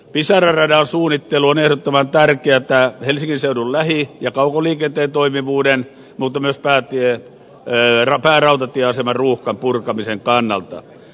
pisara radan suunnittelu on ehdottoman tärkeätä helsingin seudun lähi ja kaukoliikenteen toimivuuden mutta myös päärautatieaseman ruuhkan purkamisen kannalta